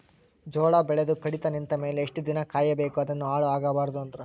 ಜೋಳ ಬೆಳೆದು ಕಡಿತ ನಿಂತ ಮೇಲೆ ಎಷ್ಟು ದಿನ ಕಾಯಿ ಬೇಕು ಅದನ್ನು ಹಾಳು ಆಗಬಾರದು ಅಂದ್ರ?